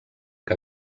que